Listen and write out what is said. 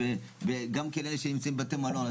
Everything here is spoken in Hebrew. וגם כן אלה שנמצאים בבתי מלון.